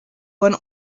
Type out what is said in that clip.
when